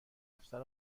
افسر